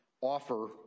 offer